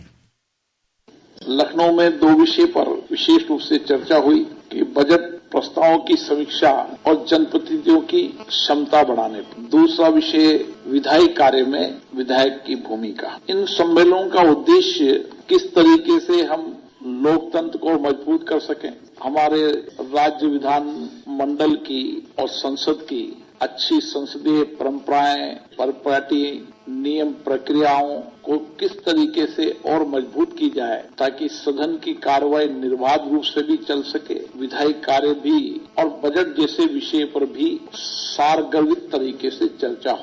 bite Lucknow में दो विषय पर विशेष रूप से चर्चा हुई एक बजट प्रस्ताव की समीक्षा और जनप्रतिनिधियों की क्षमता बढ़ाने पर दूसरा विषय विधायी कार्य में विधायक की भूमिका इन सम्मेलनों का उद्देश्य किस तरीके से हम लोकतंत्र को मजबूत कर सकें हमारे राज्य विधानमंडल की और संसद की अच्छी संसदीय परम्पराएं परपार्टी नियम प्रक्रियाओं को किस तरीके से और मजबूत की जाये ताकि सदन की कार्यवाही निर्बाध रूप से चल सके विधायी कार्य भी और बजट जैसे विषय पर भी सारगर्भित तरीके से चर्चा हो